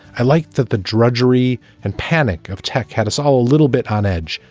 i liked that the drudgery and panic of tech had us all a little bit on edge.